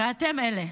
הרי אתם אלה,